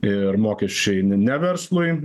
ir mokesčiai ne verslui